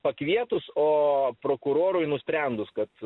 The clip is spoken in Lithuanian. pakvietus o prokurorui nusprendus kad